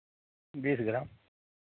बीस ग्राम